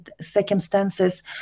circumstances